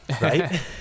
right